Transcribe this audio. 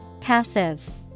Passive